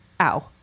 ow